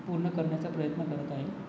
पूर्ण करण्याचा प्रयत्न करत आहे